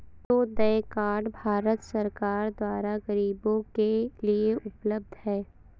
Antyodaya card Bharat सरकार द्वारा गरीबो के लिए उपलब्ध है